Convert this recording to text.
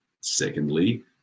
Secondly